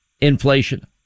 inflation